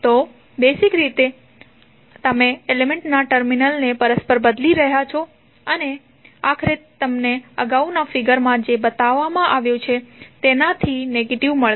તો બેઝિક રીતે તમે એલિમેન્ટના ટર્મિનલ્સને પરસ્પર બદલી રહ્યાં છો અને આખરે તમને અગાઉના ફિગર માં જે બતાવ્યું છે તેનાથી નેગેટિવ મળશે